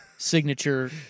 Signature